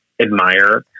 admire